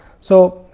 so,